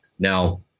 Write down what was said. Now